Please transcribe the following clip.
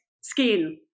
skin